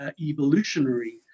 evolutionary